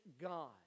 God